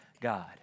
God